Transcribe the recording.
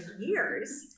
years